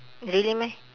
really meh